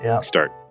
Start